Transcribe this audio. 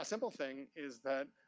simple thing is that,